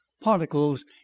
particles